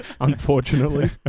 Unfortunately